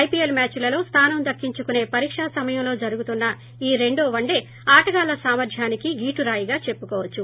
IPL మ్యాద్ లలో స్దానం దక్కించుకునే పరీకా సమయంలో జరుగుతోన్న ఈ రెండో వస్టే ఆటగాళ్ల సామర్ధానికి గీటు రాయిగా చెప్పుకోవచ్చు